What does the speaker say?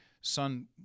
son